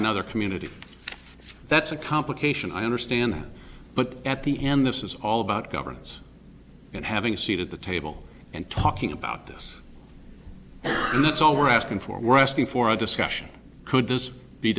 another community that's a complication i understand but at the end this is all about governance and having a seat at the table and talking about this and that's all we're asking for we're asking for a discussion could this be